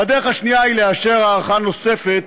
והדרך השנייה היא לאשר הארכה נוספת